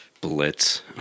Blitz